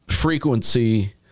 frequency